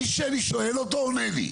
מי שאני שואל אותו עונה לי.